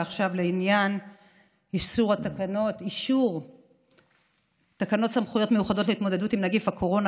ועכשיו לעניין אישור תקנות סמכויות מיוחדות להתמודדות עם נגיף הקורונה